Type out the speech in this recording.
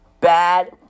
Bad